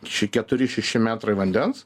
čia keturi šeši metrai vandens